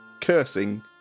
cursing